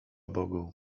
bogu